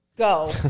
Go